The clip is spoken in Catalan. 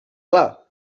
clar